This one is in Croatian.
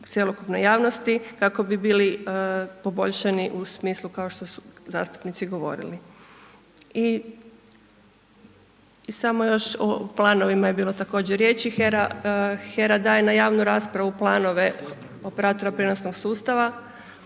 cjelokupne javnosti kako bi bili poboljšani u smislu kao što su zastupnici govorili. I samo još o planovima je također bilo riječi, HERA daje, HERA daje na javnu raspravu planove operatoru prijenosnog sustava